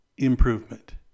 improvement